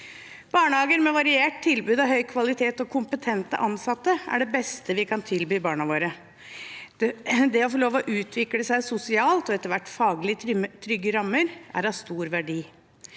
Barnehager med variert tilbud av høy kvalitet og kompetente ansatte er det beste vi kan tilby barna våre. Det å få lov til å utvikle seg sosialt og etter hvert faglig i trygge rammer er av stor verdi.